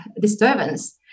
disturbance